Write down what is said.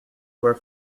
were